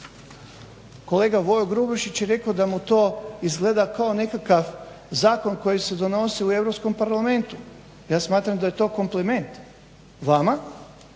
kolega Boro Grubišić je rekao da mu to izgleda kao nekakav zakon koji se donosi u Europskom parlamentu, ja smatram da je to kompliment vama